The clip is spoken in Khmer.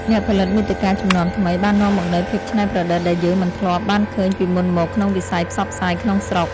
អ្នកផលិតមាតិកាជំនាន់ថ្មីបាននាំមកនូវភាពច្នៃប្រឌិតដែលយើងមិនធ្លាប់បានឃើញពីមុនមកក្នុងវិស័យផ្សព្វផ្សាយក្នុងស្រុក។